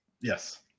Yes